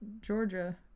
Georgia